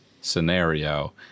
scenario